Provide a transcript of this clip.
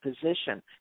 position